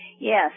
Yes